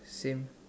same